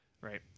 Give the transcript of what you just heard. Right